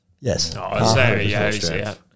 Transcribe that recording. Yes